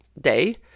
day